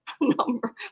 number